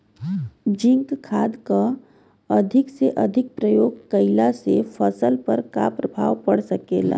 Zinc खाद क अधिक से अधिक प्रयोग कइला से फसल पर का प्रभाव पड़ सकेला?